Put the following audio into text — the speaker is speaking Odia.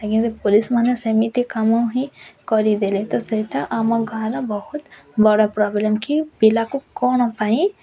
ଆଜ୍ଞା ଏ ପୋଲିସ୍ ମାନେ ସେମିତି କାମ ହିଁ କରିଦେଲେ ତ ସେଇଟା ଆମ ଗାଁର ବହୁତ ବଡ଼ ପ୍ରୋବ୍ଲେମ୍ କି ପିଲାକୁ କ'ଣ ପାଇଁ